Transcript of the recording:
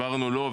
והסברנו לו.